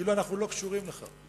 כאילו אנחנו לא קשורים לכך.